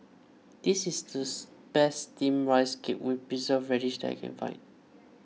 this is these best Steamed Rice Cake with Preserved Radish that I can find